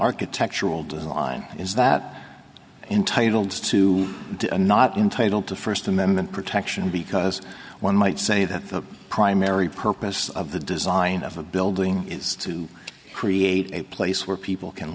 architectural design on is that entitled to a not entitled to first amendment protection because one might say that the primary purpose of the design of a building is to create a place where people can